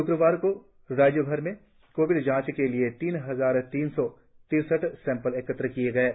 शुक्रवार को राज्यभर से कोविड जांच के लिए तीन हजार तीन सौ तिरसठ सैंपल एकत्र किए गए है